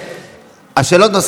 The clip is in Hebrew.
פשוט ביזיון.